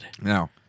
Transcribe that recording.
No